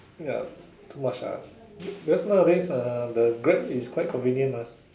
ya too much ah be~ because nowadays uh the Grab is quite convenient mah